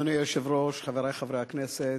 אדוני היושב-ראש, חברי חברי הכנסת,